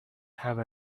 have